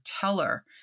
Teller